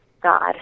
God